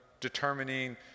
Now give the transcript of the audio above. determining